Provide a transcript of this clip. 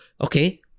okay